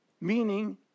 Meaning